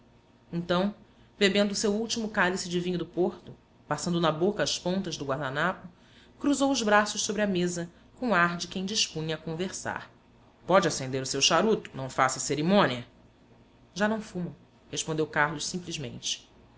então bebendo o seu último cálice de vinho do porto passando na boca as pontas do guardanapo cruzou os braços sobre a mesa com ar de quem dispunha a conversar pode acender o seu charuto não faça cerimônia já não fumo respondeu carlos simplesmente